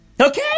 Okay